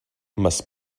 must